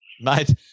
mate